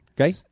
Okay